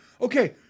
okay